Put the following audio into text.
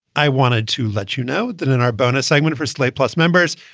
i wanted to let you know that in our bonus segment for slate plus members,